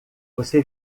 você